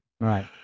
right